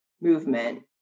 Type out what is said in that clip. movement